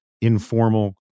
informal